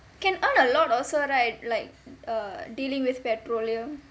can earn a lot also right like err dealing with petroleum